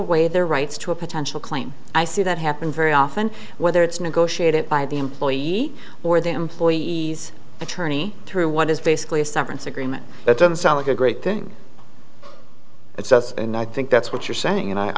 away their rights to a potential claim i see that happen very often whether it's negotiated by the employee or the employees attorney through what is basically a severance agreement that doesn't sound like a great thing it says and i think that's what you're saying and i